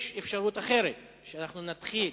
יש אפשרות אחרת, שאנחנו נתחיל